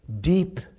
deep